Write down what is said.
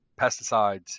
pesticides